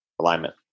alignment